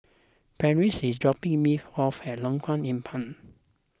Parrish is dropping me off at Lengkong Empat